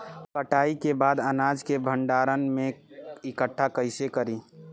कटाई के बाद अनाज के भंडारण में इकठ्ठा कइसे करी?